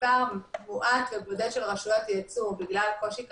מספר מועט של רשויות יצאו בגלל קושי כלכלי.